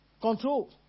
Control